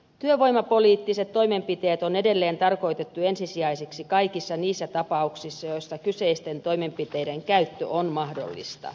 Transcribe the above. työvoimapoliittiset toimenpiteet on edelleen tarkoitettu ensisijaisiksi kaikissa niissä tapauksissa joissa kyseisten toimenpiteiden käyttö on mahdollista